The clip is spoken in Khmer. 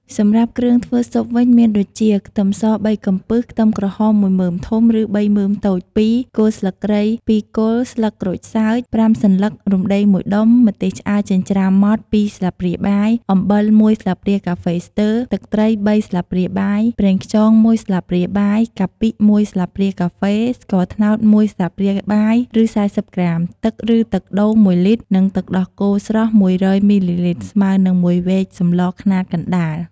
សម្រាប់គ្រឿងធ្វើស៊ុបវិញ មានដូចជា ខ្ទឹមស ៣ កំពឹស ខ្ទឹមក្រហម១មើមធំ ឬ ៣មើមតូច២ គល់ស្លឹកគ្រៃ ២ គល់ ស្លឹកក្រូចសើច ៥សន្លឹក រំដឹង ១ដុំ ម្ទេសឆ្អើរចិញ្ច្រាំម៉ដ្ឋ ២ស្លាបព្រាបាយ អំបិល ១ស្លាបព្រាកាហ្វេស្ទើរ ទឹកត្រី ៣ស្លាបព្រាបាយ ប្រេងខ្យង ១ស្លាបព្រាបាយ កាពិ ១ស្លាបព្រាកាហ្វេ ស្ករត្នោត ១ស្លាបព្រាបាយ ឬ ៤០ក្រាម ទឹក ឬ ទឹកដូង ១លីត្រ និង ទឹកដោះគោស្រស់ ១០០ មីលីលីត្រ ស្មើនឹង ១វែកសម្លខ្នាតកណ្ដាល។